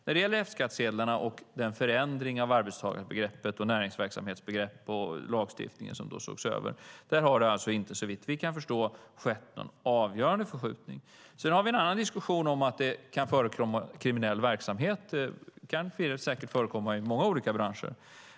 När det gäller F-skattsedlarna och den förändring av arbetstagarbegreppet, näringsverksamhetsbegreppet och den lagstiftning som har setts över har det alltså inte, såvitt vi kan förstå, skett någon avgörande förskjutning. Sedan har vi en annan diskussion om att det kan förekomma kriminell verksamhet. Det kan säkert förekomma i många olika branscher.